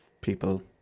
people